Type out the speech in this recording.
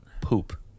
poop